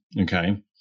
Okay